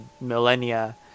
millennia